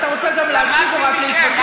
אתה רוצה גם להקשיב או רק להתווכח?